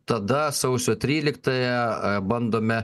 tada sausio tryliktąją bandome